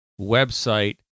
website